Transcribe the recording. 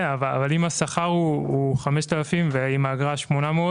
כן, אבל אם השכר הוא 5,000 ₪ והאגרה היא 800 ₪